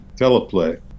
teleplay